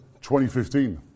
2015